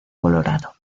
colorado